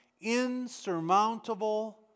insurmountable